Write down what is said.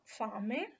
fame